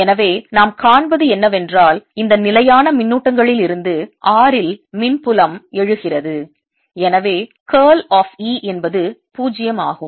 எனவே நாம் காண்பது என்னவென்றால் இந்த நிலையான மின்னூட்டங்களில் இருந்து r இல் மின் புலம் எழுகிறது எனவே curl of E என்பது 0 ஆகும்